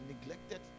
neglected